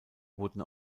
wurden